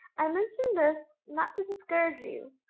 i mention this, not to discourage you,